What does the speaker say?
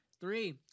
three